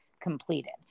completed